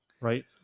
Right